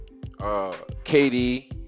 KD